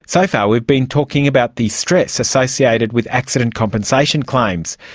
so far we've been talking about the stress associated with accident compensation claims.